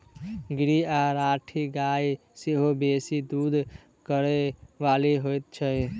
गीर आ राठी गाय सेहो बेसी दूध करय बाली होइत छै